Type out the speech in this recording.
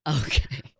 Okay